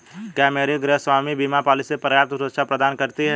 क्या मेरी गृहस्वामी बीमा पॉलिसी पर्याप्त सुरक्षा प्रदान करती है?